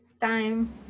time